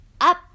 up